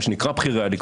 מה שנקרא "בכירי הליכוד",